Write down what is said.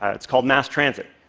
ah it's called mass transit.